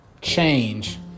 change